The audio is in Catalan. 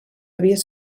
havia